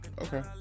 okay